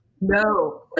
No